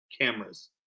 cameras